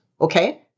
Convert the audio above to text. Okay